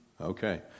Okay